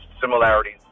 similarities